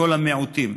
כל המיעוטים.